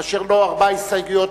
אשר לו ארבע הסתייגויות,